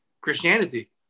Christianity